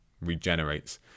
regenerates